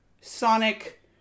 Sonic